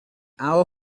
our